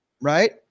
Right